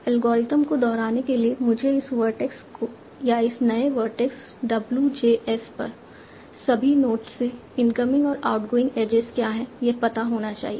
algorithm को दोहराने के लिए मुझे इस वर्टेक्स या इस नए वर्टेक्स w j s पर सभी नोड्स से इनकमिंग और आउटगोइंग एजेज क्या हैं यह पता होना चाहिए